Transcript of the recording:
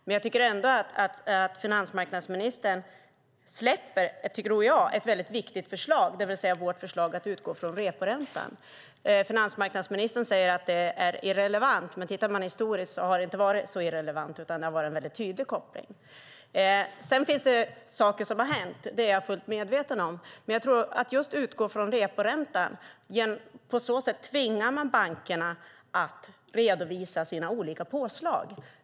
Men jag tycker ändå att finansmarknadsministern släpper ett mycket viktigt förslag, nämligen vårt förslag att utgå från reporäntan. Finansmarknadsministern säger att det är irrelevant. Men tittar man historiskt ser man att det inte har varit så irrelevant, utan det har varit en mycket tydlig koppling. Det finns saker som har hänt - det är jag fullt medveten om. Men genom att utgå från reporäntan tvingar man bankerna att redovisa sina olika påslag.